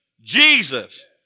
Jesus